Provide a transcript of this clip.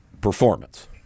performance